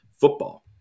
football